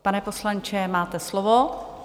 Pane poslanče, máte slovo.